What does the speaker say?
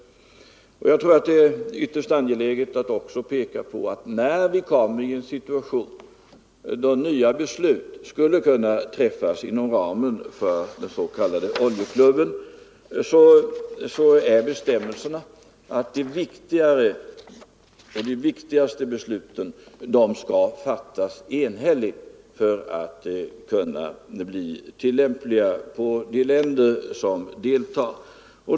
SS När det blir aktuellt — jag tror att det är ytterst angeläget att påpeka detta — att fatta nya beslut inom ramen för den s.k. oljeklubben skall, säger bestämmelserna, de viktigaste besluten fattas enhälligt för att kunna bli tillämpliga på de länder som deltar.